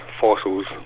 fossils